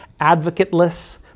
advocateless